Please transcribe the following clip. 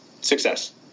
success